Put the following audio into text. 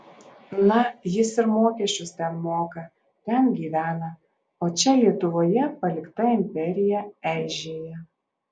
na jis ir mokesčius ten moka ten gyvena o čia lietuvoje palikta imperija eižėja